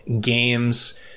games